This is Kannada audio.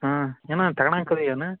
ಹಾಂ ಏನು ತೊಗೊಳೋಕ್ಕೆ ಇದ್ದಿ ಏನು